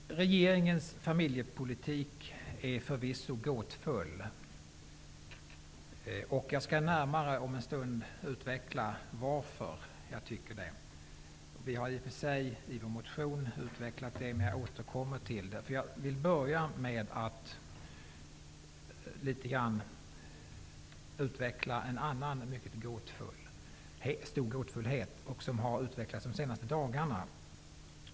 Fru talman! Regeringens familjepolitik är förvisso gåtfull. Jag skall om en stund närmare utveckla varför jag tycker det. Vi i Ny demokrati har i och för sig i vår motion redogjort för vår uppfattning, men jag återkommer till den. Jag vill börja med en annan stor gåtfullhet som har utvecklats de senaste dagarna.